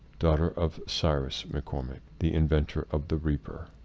daughter of cyrus mccormick, the inventor of the reaper.